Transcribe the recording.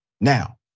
Now